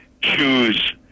choose